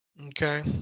Okay